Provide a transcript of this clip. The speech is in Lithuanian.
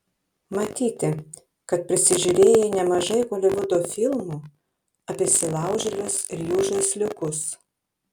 matyti kad prisižiūrėjai nemažai holivudo filmų apie įsilaužėlius ir jų žaisliukus